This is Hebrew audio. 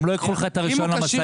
גם לא ייקחו לך את רישיון המשאית.